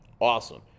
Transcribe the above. Awesome